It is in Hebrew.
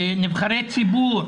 נבחרי ציבור,